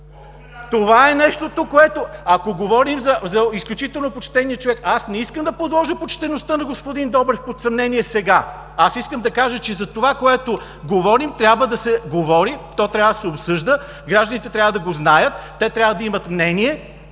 Това е нещото, което… ако говорим за изключително почтения човек. Аз не искам да подложа почтеността на господин Добрев под съмнение сега. Аз искам да кажа, че за това, което говорим, трябва да се говори, то трябва да се обсъжда. Гражданите трябва да го знаят, те трябва да имат мнение